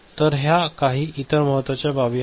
तर ह्या काही इतर महत्त्वाची बाबी आहेत